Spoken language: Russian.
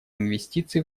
инвестиций